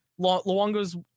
Luongo's